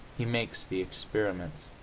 he makes the experiments.